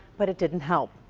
but it didn't help.